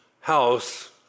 house